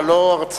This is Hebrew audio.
אבל לא הרצאה.